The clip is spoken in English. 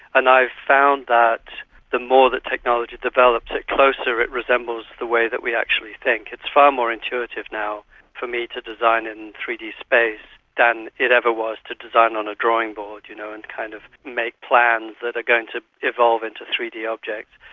and i've found that the more that technology develops, the closer it resembles the way that we actually think. it's far more intuitive now for me to design in three d space than it ever was to design on a drawing board you know and kind of make plans that are going to evolve into three d objects.